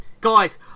guys